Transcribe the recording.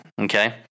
okay